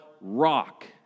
rock